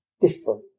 different